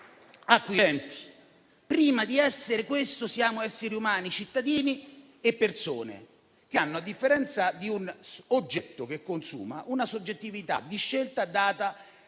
Prima di essere questo, però, siamo esseri umani, cittadini e persone che, a differenza di un oggetto che consuma, hanno una soggettività di scelta, data